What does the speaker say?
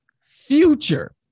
future